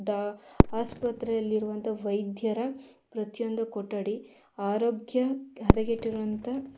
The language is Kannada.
ಡಾ ಆಸ್ಪತ್ರೆಯಲ್ಲಿರುವಂಥ ವೈದ್ಯರ ಪ್ರತಿಯೊಂದು ಕೊಠಡಿ ಆರೋಗ್ಯ ಹದಗೆಟ್ಟಿರುವಂಥ